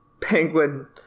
Penguin